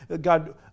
God